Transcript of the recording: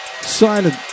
silent